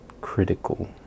critical